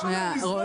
למה לזרות